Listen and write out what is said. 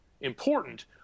important